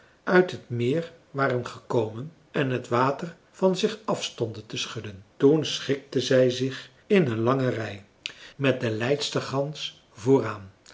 uit het meer waren gekomen en t water van zich af stonden te schudden toen schikten zij zich in een lange rij met de leidster gans vooraan